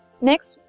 Next